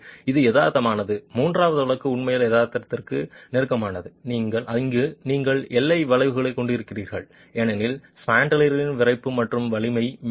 எனவே இது யதார்த்தமானது மூன்றாவது வழக்கு உண்மையில் யதார்த்தத்திற்கு நெருக்கமானது அங்கு நீங்கள் எல்லை விளைவுகளைக் கொண்டிருக்கிறீர்கள் ஏனெனில் ஸ்பாண்ட்ரலின் விறைப்பு மற்றும் வலிமை